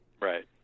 Right